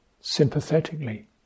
sympathetically